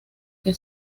que